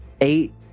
Eight